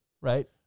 Right